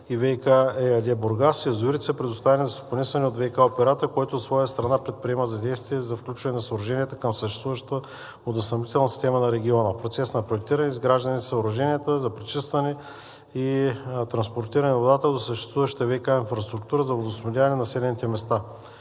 и „ВиК“ ЕАД – Бургас, язовирите са предоставени за стопанисване от ВиК оператора, който от своя страна предприема действия за включване на съоръженията към съществуващата водоснабдителна система на региона. В процес на проектиране и изграждане са съоръженията за пречистване и транспортиране на водата до съществуващата ВиК инфраструктура за водоснабдяване на населените места.